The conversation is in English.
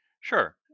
Sure